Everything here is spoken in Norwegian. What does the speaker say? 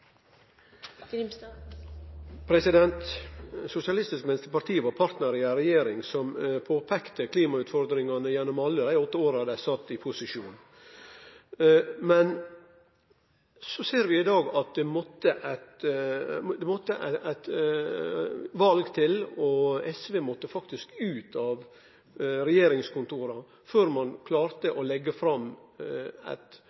Sosialistisk Venstreparti var partnar i ei regjering som påpeikte klimautfordringane gjennom alle dei åtte åra dei sat i posisjon. Men så ser vi i dag at det måtte eit val til, og SV måtte faktisk ut av regjeringskontora før ein klarte